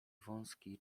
wąski